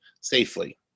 safely